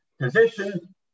position